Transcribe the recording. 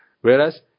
Whereas